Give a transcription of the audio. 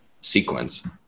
sequence